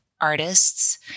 artists